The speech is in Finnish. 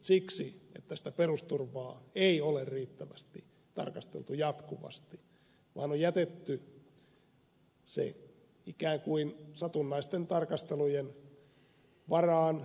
siksi että sitä perusturvaa ei ole riittävästi tarkasteltu jatkuvasti vaan on jätetty se ikään kuin satunnaisten tarkastelujen varaan